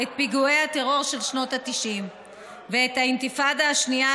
את פיגועי הטרור של שנות ה-90 ואת האינתיפאדה השנייה,